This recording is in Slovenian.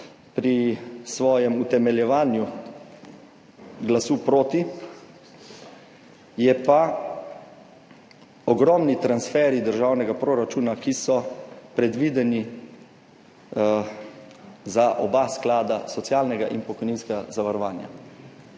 pri svojem utemeljevanju glasu proti, je pa ogromni transferji državnega proračuna, ki so predvideni za oba sklada socialnega in pokojninskega zavarovanja